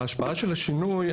ההשפעה של השינוי,